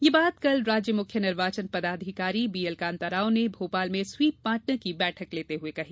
यह बात कल राज्य मुख्य निर्वाचन पदाधिकारी बीएल कांता राव ने भोपाल में स्वीप पार्टनर की बैठक लेते हुए कहीं